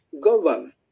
govern